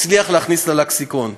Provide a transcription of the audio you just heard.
הצליח להכניס ללקסיקון.